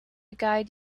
guide